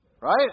Right